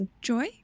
joy